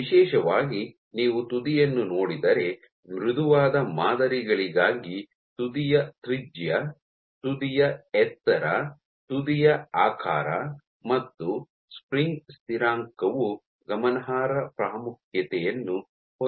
ವಿಶೇಷವಾಗಿ ನೀವು ತುದಿಯನ್ನು ನೋಡಿದರೆ ಮೃದುವಾದ ಮಾದರಿಗಳಿಗಾಗಿ ತುದಿಯ ತ್ರಿಜ್ಯ ತುದಿಯ ಎತ್ತರ ತುದಿಯ ಆಕಾರ ಮತ್ತು ಸ್ಪ್ರಿಂಗ್ ಸ್ಥಿರಾಂಕವು ಗಮನಾರ್ಹ ಪ್ರಾಮುಖ್ಯತೆಯನ್ನು ಹೊಂದಿವೆ